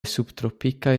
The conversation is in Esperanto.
subtropikaj